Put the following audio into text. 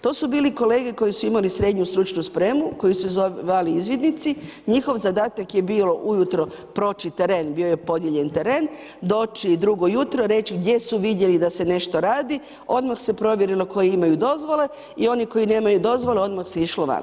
To su bili kolege koji su imali srednju stručnu spremu koji su se zvali izvidnici, njihov zadatak je bilo ujutro proći teren, bio je podijeljen teren, doći drugo jutro, reći gdje su vidjeli da se nešto radi, odmah se provjerilo koji imaju dozvole i oni koji nemaju dozvole odmah se išlo van.